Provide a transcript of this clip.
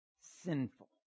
sinful